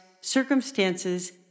circumstances